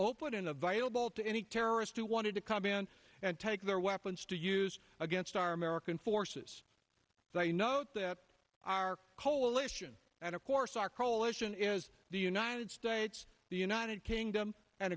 open and available to any terrorist who wanted to come in and take their weapons to use against our american forces so you know that our coalition and of course our coalition is the united states the united kingdom and